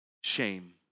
shame